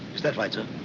is that right, sir?